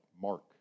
Mark